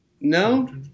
No